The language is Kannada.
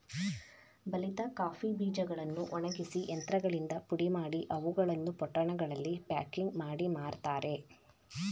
ಬಲಿತ ಕಾಫಿ ಬೀಜಗಳನ್ನು ಒಣಗಿಸಿ ಯಂತ್ರಗಳಿಂದ ಪುಡಿಮಾಡಿ, ಅವುಗಳನ್ನು ಪೊಟ್ಟಣಗಳಲ್ಲಿ ಪ್ಯಾಕಿಂಗ್ ಮಾಡಿ ಮಾರ್ತರೆ